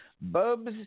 Bubs